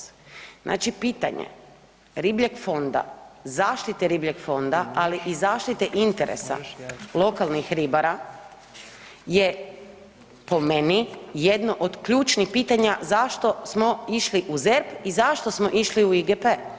Znači pitanje ribljeg fonda, zaštite ribljeg fonda, ali i zaštite interesa lokalnih ribara je, po meni, jedno od ključnih pitanja zašto smo išli u ZERP i zašto smo išli u IGP.